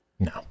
No